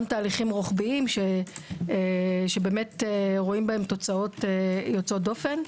תהליכים רוחביים שרואים בהם תוצאות יוצאות דופן.